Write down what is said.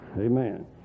Amen